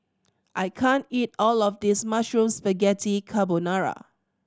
I can't eat all of this Mushroom Spaghetti Carbonara